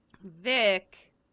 Vic